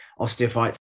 osteophytes